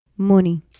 Money